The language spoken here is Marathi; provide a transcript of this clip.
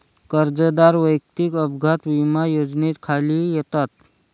कर्जदार वैयक्तिक अपघात विमा योजनेखाली येतात